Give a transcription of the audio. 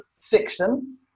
fiction